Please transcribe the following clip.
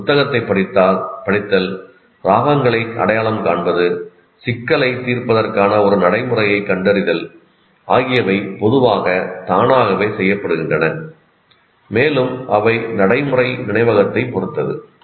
ஒரு புத்தகத்தைப் படித்தல் ராகங்களை அடையாளம் காண்பது சிக்கலைத் தீர்ப்பதற்கான ஒரு நடைமுறையைக் கண்டறிதல் ஆகியவை பொதுவாக தானாகவே செய்யப்படுகின்றன மேலும் அவை நடைமுறை நினைவகத்தைப் பொறுத்தது